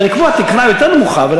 התקרה הרבה יותר נמוכה.